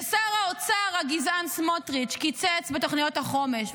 ושר האוצר הגזען סמוטריץ' קיצץ בתוכניות החומש,